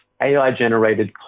AI-generated